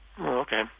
Okay